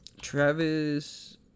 Travis